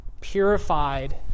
purified